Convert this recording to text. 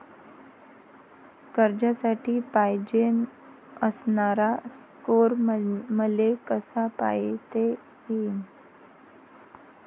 कर्जासाठी पायजेन असणारा स्कोर मले कसा पायता येईन?